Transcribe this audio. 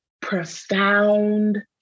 profound